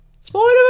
Spoiler